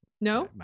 no